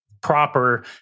proper